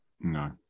No